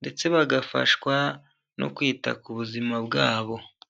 ndetse bagafashwa no kwita ku buzima bwabo.